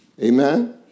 Amen